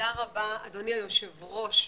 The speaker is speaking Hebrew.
אדוני היושב ראש.